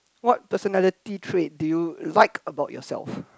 what personality trait do you like about yourself